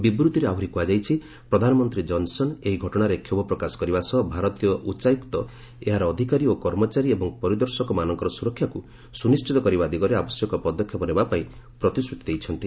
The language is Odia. ବିବୃତ୍ତିରେ ଆହୁରି କୁହାଯାଇଛି ପ୍ରଧାନମନ୍ତ୍ରୀ ଜନ୍ସନ୍ ଏହି ଘଟଣାରେ କ୍ଷୋଭ ପ୍ରକାଶ କରିବା ସହ ଭାରତୀୟ ଉଚ୍ଚାୟୁକ୍ତ ଏହାର ଅଧିକାରୀ ଓ କର୍ମଚାରୀ ଏବଂ ପରିଦର୍ଶକମାନଙ୍କର ସୁରକ୍ଷାକୁ ସୁନିଶ୍ଚିତ କରିବା ଦିଗରେ ଆବଶ୍ୟକ ପଦକ୍ଷେପ ନେବା ପାଇଁ ପ୍ରତିଶ୍ରତି ଦେଇଛନ୍ତି